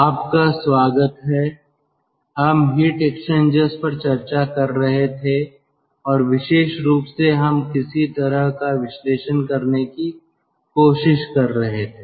आपका स्वागत है हम हीट एक्सचेंजर्स पर चर्चा कर रहे थे और विशेष रूप से हम किसी तरह का विश्लेषण करने की कोशिश कर रहे थे